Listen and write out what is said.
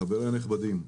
חברים נכבדים,